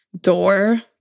door